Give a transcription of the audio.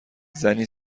زنی